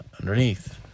underneath